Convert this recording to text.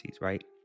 right